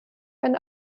wenn